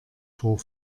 vor